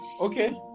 Okay